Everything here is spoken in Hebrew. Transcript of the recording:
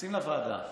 נכנסים לוועדה,